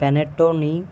పెనట్టోని